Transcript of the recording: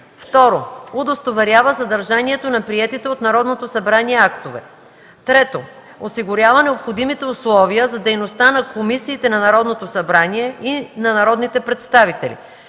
2. удостоверява съдържанието на приетите от Народното събрание актове; 3. осигурява необходимите условия за дейността на комисиите на Народното събрание и на народните представители;